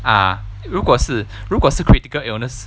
ah 如果是如果是 critical illness